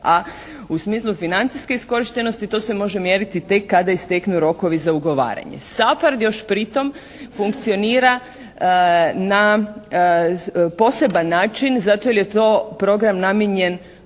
A u smislu financijske iskorištenosti to se može mjeriti tek kada isteknu rokovi za ugovaranje. SAPHARD još pri tome funkcionira na poseban način zato jer je to program namijenjen